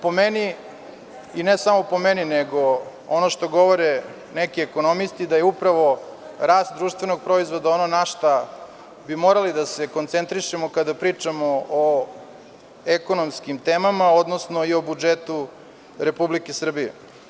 Po meni, i ne samo po meni, nego i ono što govore neki ekonomisti, upravo je rast društvenog proizvoda ono na šta bi morali da se koncentrišemo kada pričamo o ekonomskim temama, odnosno o budžetu Republike Srbije.